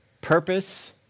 purpose